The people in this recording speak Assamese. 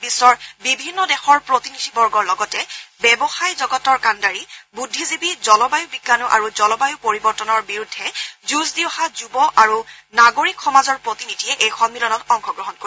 বিশ্বৰ বিভিন্ন দেশৰ প্ৰতিনিধিবৰ্গৰ লগতে ব্যৱসায় জগতৰ কাণ্ডাৰী বুদ্ধিজীৱী জলবায়ু বিজ্ঞানী আৰু জলবায়ু পৰিৱৰ্তনৰ বিৰেদ্ধ যুঁজ দি অহা যুৱ আৰু নাগৰিক সমাজৰ প্ৰতিনিধিয়ে এই সমিলনত অংশগ্ৰহণ কৰিব